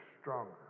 stronger